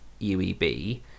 UEB